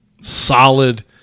solid